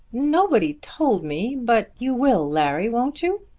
nobody told me but you will, larry won't you?